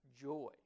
joy